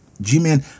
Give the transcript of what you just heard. G-Man